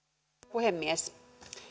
puhemies